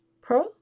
pro